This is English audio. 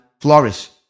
flourish